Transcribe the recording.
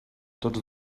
tots